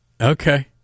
Okay